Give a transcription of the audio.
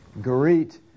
greet